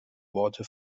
worte